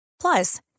Plus